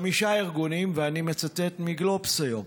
חמישה ארגונים, אני מצטט מ"גלובס" היום,